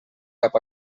cap